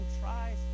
tries